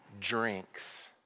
drinks